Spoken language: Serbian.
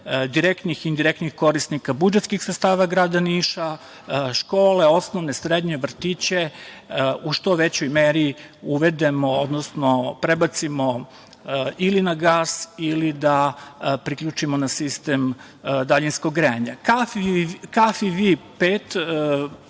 direktnih, indirektnih korisnika budžetskih sredstava grada Niša, škole, osnovne, srednje, vrtiće u što većoj meri uvedemo, odnosno prebacimo ili na gas ili da priključimo na sistem daljinskog grejanja. Počeo